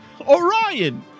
Orion